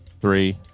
three